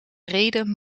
reden